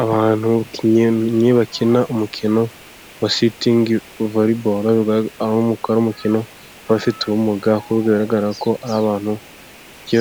Abakinnyi bakina umukino wa sitingi voreboro, ni umukino w'abafite ubumuga bigaragara ko ari abantu